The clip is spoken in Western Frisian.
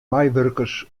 meiwurkers